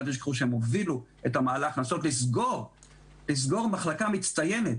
אל תשכחו שהם הובילו מהלך של ניסיון לסגור מחלקה מצטיינת,